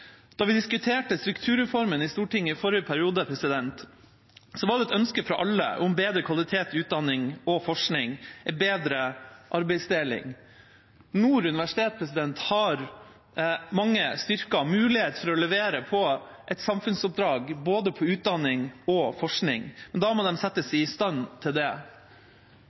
Da vi diskuterte strukturreformen i Stortinget i forrige periode, var det et ønske fra alle om bedre kvalitet i utdanning og forskning og en bedre arbeidsdeling. Nord universitet har mange styrker og mulighet til å levere på et samfunnsoppdrag innenfor både utdanning og forskning, men da må de settes i stand til det.